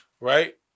right